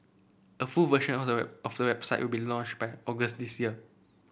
a full version of the website will be launched by August this year